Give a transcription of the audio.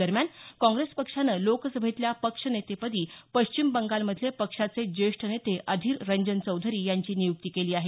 दरम्यान काँग्रेस पक्षानं लोकसभेतल्या पक्षनेतेपदी पश्चिम बंगाल मधले पक्षाचे ज्येष्ठ नेते अधीर रंजन चौधरी यांची नियुक्ती केली आहे